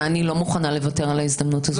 ואני לא מוכנה לוותר על ההזדמנות הזאת.